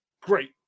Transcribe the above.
Great